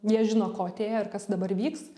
jie žino ko atėjo ir kas dabar vyks